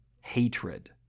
Hatred